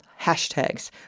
hashtags